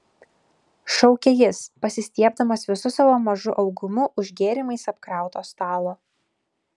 šaukė jis pasistiebdamas visu savo mažu augumu už gėrimais apkrauto stalo